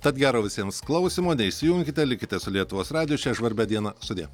tad gero visiems klausymo neišsijunkite likite su lietuvos radiju šią žvarbią dieną sudie